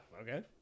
Okay